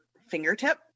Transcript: fingertip